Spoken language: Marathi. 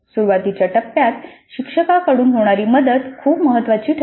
सुरुवातीच्या टप्प्यात शिक्षकाकडून होणारी मदत खूप महत्त्वाची ठरते